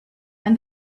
and